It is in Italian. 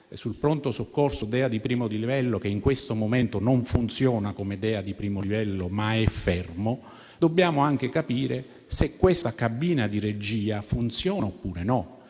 sul pronto soccorso DEA di primo livello - in questo momento non funziona come tale, ma è fermo - dobbiamo anche capire se la cabina di regia funziona oppure no;